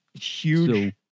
Huge